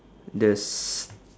the s~